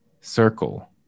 Circle